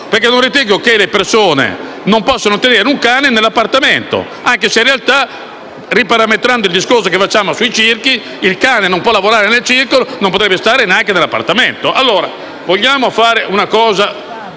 perché non ritengo che le persone non possano tenere un cane nell'appartamento, anche se in realtà, riparametrando il discorso che facciamo sui circhi, come il cane non può lavorare nel circo, allo stesso modo non potrebbe stare neanche in un appartamento. Se vogliamo ottenere